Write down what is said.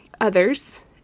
others